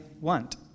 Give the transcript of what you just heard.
want